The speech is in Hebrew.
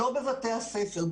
לא בבתי הספר,